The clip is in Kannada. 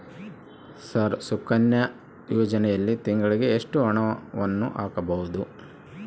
ಸರ್ ಸುಕನ್ಯಾ ಯೋಜನೆಯಲ್ಲಿ ತಿಂಗಳಿಗೆ ಎಷ್ಟು ಹಣವನ್ನು ಹಾಕಬಹುದು?